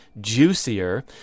juicier